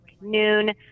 noon